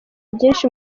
byinshi